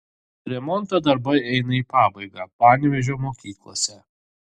remonto darbai eina į pabaigą panevėžio mokyklose